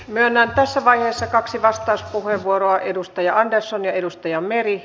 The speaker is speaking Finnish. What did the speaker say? myönnän tässä vaiheessa kaksi vastauspuheenvuoroa edustaja andersson ja edustaja meri